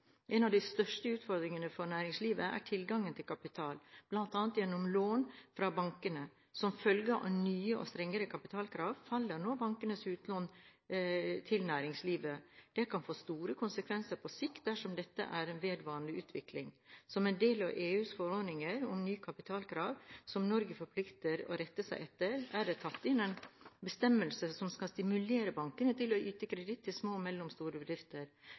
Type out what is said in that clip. En av de største utfordringene for næringslivet er tilgangen til kapital, bl.a. gjennom lån fra bankene. Som følge av nye og strengere kapitalkrav faller nå bankenes utlån til næringslivet. Det kan få store konsekvenser på sikt dersom dette er en vedvarende utvikling. Som del av EUs forordning om nye kapitalkrav– som Norge plikter å rette seg etter – er det tatt inn en bestemmelse som skal stimulere bankene til å yte kreditt til små og mellomstore bedrifter.